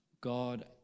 God